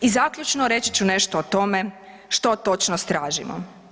I zaključno reći ću nešto o tome što točno tražimo.